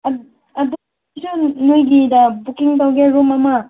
ꯑꯗꯨ ꯑꯗꯨꯑꯣꯏꯔꯁꯨ ꯅꯣꯏꯒꯤꯗ ꯕꯨꯛꯀꯤꯡ ꯇꯧꯒꯦ ꯔꯨꯝ ꯑꯃ